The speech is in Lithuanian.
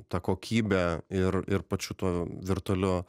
ta kokybe ir ir pačiu tuo virtualiu